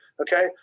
Okay